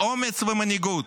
אומץ ומנהיגות.